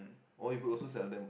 or you could also sell them